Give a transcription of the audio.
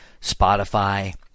Spotify